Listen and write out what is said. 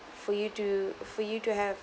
for you to for you to have